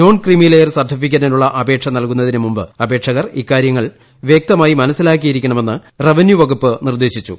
non creamy layer സർട്ടിഫിക്കറ്റിനുള്ള അപേക്ഷ നൽകുന്നതിനു മുമ്പ് അപേക്ഷകർ ഇക്കാര്യങ്ങൾ വൃക്തമായി മനസ്സിലാക്കിയിരിക്കണമെന്ന് റവന്യൂ വകുപ്പ് നിർദ്ദേശിച്ചു